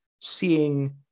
seeing